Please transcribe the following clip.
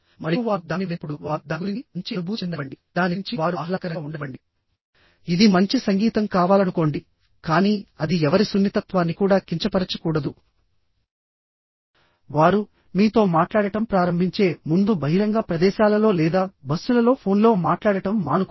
మరియు వారు దానిని విన్నప్పుడు వారు దాని గురించి మంచి అనుభూతి చెందనివ్వండి దాని గురించి వారు ఆహ్లాదకరంగా ఉండనివ్వండి ఇది మంచి సంగీతం కావాలనుకోండి కానీ అది ఎవరి సున్నితత్వాన్ని కూడా కించపరచకూడదు వారు మీతో మాట్లాడటం ప్రారంభించే ముందు బహిరంగ ప్రదేశాలలో లేదా బస్సులలో ఫోన్లో మాట్లాడటం మానుకోండి